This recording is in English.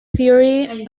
theory